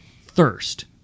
thirst